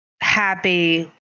happy